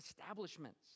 establishments